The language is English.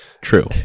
true